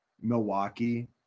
Milwaukee